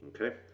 Okay